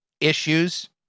issues